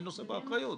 מי נושא באחריות.